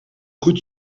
goed